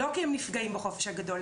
לא כי הם נפגעים בחופש הגדול.